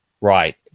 Right